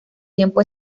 tiempo